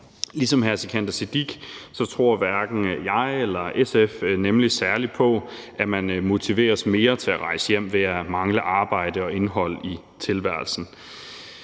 ligesom hr. Sikandar Siddique tror hverken jeg eller SF nemlig særlig på, at man motiveres mere til at rejse hjem ved at mangle arbejde og indhold i tilværelsen.